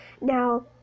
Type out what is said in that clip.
Now